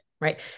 Right